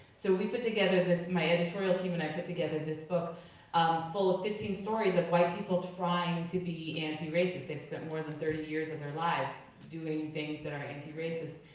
so we put together this, my editorial team and i put together this book full of fifteen stories of white people trying to be anti-racists. they've spent more than thirty years of their lives doing things that are anti-racist.